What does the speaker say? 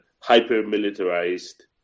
hyper-militarized